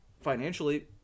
financially